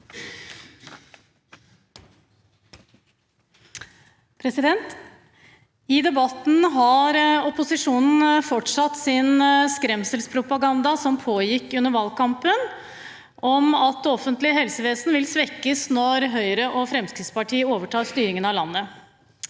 I debatten har opposisjonen fortsatt sin skremselspropaganda som pågikk under valgkampen om at det offentlige helsevesen vil svekkes når Høyre og Fremskrittspartiet overtar styringen av landet.